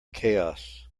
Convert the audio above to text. chaos